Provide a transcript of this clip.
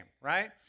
right